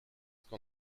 qu’on